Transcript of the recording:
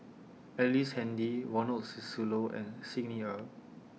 Ellice Handy Ronald Susilo and Xi Ni Er